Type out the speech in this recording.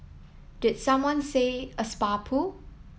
did someone say a spa pool